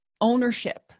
ownership